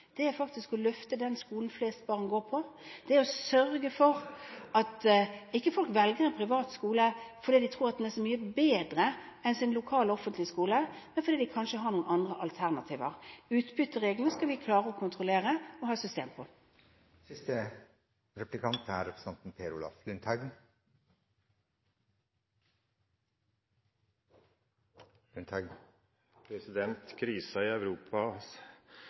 er faktisk å løfte den skolen flest barn går på. Det er å sørge for at ikke folk velger en privat skole fordi de tror at den er så mye bedre enn deres lokale offentlige skole, men fordi den kanskje har noen andre alternativer. Utbytteregelen skal vi klare å kontrollere og ha et system